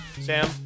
Sam